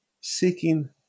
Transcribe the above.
Seeking